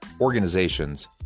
organizations